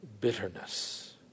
bitterness